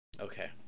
Okay